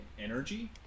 energy